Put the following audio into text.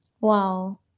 Wow